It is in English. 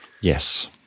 Yes